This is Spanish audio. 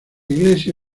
iglesia